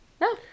no